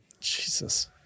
Jesus